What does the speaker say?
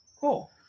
Cool